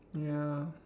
ya